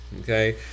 Okay